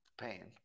pain